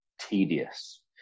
tedious